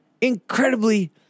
incredibly